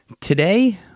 Today